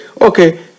okay